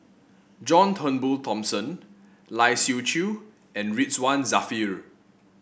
John Turnbull Thomson Lai Siu Chiu and Ridzwan Dzafir